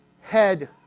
head